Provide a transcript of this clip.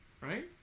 Right